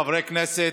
חברי הכנסת.